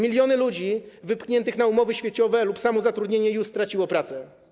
Miliony ludzi wypchniętych na umowy śmieciowe lub samozatrudnienie już straciło pracę.